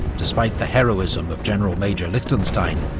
despite the heroism of general-major liechtenstein,